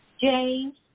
James